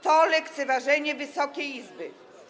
To lekceważenie Wysokiej Izby.